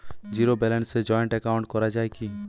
Zero ব্যালেন্সে joint account করা য়ায় কি?